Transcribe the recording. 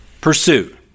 pursue